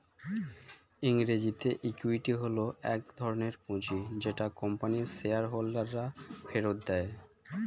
ইংরেজিতে ইক্যুইটি হল এক ধরণের পুঁজি যেটা কোম্পানির শেয়ার হোল্ডাররা ফেরত দেয়